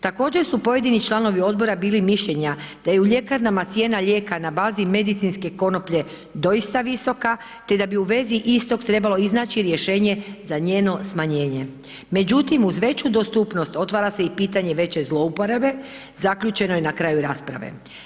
Također su pojedini članovi odbora bili mišljenja da je ljekarnama cijena lijeka na bazi medicinske konoplje doista visoka te da bi u vezi istog trebalo iznaći rješenje za njeno smanjenje međutim uz veću dostupnost otvara se i pitanje veće zlouporabe, zaključeno je na kraju rasprave.